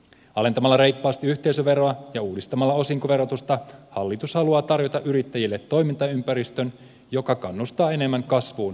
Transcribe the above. alentamalla reippaasti yhteisöveroa ja uudistamalla osinkoverotusta hallitus haluaa tarjota yrittäjille toimintaympäristön joka kannustaa enemmän kasvuun ja riskinottoon